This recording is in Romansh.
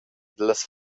dallas